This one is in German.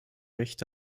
rechte